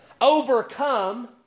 overcome